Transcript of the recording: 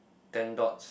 ten dots